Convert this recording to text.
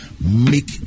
make